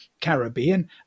Caribbean